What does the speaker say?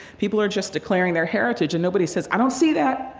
people are just declaring their heritage. and nobody says, i don't see that